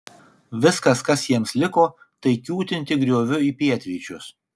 viskas kas jiems liko tai kiūtinti grioviu į pietryčius